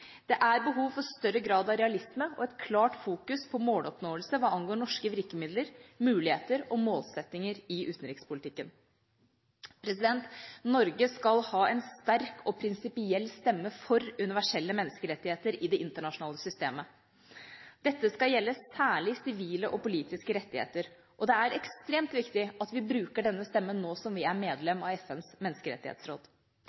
Det er behov for en større grad av realisme og et klart fokus på måloppnåelse hva angår norske virkemidler, muligheter og målsettinger i utenrikspolitikken. Norge skal ha en sterk og prinsipiell stemme for universelle menneskerettigheter i det internasjonale systemet. Dette skal gjelde særlig sivile og politiske rettigheter, og det er ekstremt viktig at vi bruker denne stemmen nå som vi er